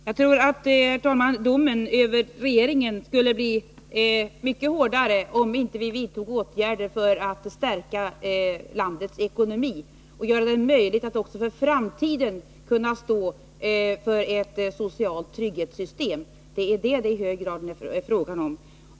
Herr talman! Jag tror att domen över regeringen skulle bli mycket hårdare om vi inte vidtog åtgärder för att stärka landets ekonomi och göra det möjligt för oss att också i framtiden stå för ett socialt trygghetssystem. Det är detta som det i hög grad är fråga om.